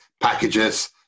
packages